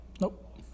Nope